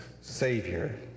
Savior